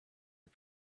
are